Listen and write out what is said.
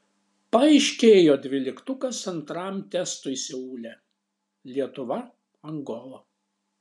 paaiškėjo dvyliktukas antram testui seule lietuva angola